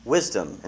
Wisdom